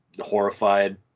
horrified